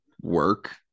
work